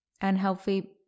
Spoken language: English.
unhealthy